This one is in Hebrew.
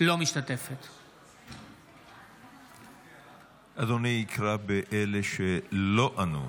אינה משתתפת בהצבעה אדוני, קרא בשמות אלה שלא ענו.